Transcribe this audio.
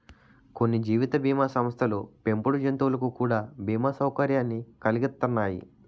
కొన్ని జీవిత బీమా సంస్థలు పెంపుడు జంతువులకు కూడా బీమా సౌకర్యాన్ని కలిగిత్తన్నాయి